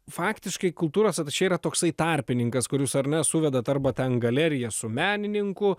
faktiškai kultūros atašė yra toksai tarpininkas kur jūs ar ne suvedat arba ten galeriją su menininku